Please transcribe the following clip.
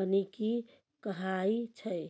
बनिकी कहाइ छै